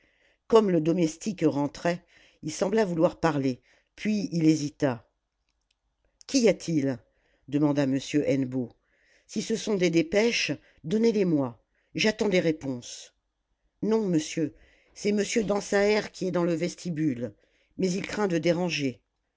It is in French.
comme le domestique rentrait il sembla vouloir parler puis il hésita qu'y a-t-il demanda m hennebeau si ce sont des dépêches donnez les moi j'attends des réponses non monsieur c'est m dansaert qui est dans le vestibule mais il craint de déranger